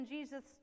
Jesus